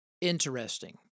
interesting